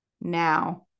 now